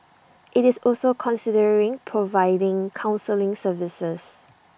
IT is also considering providing counselling services